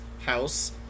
house